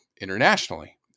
internationally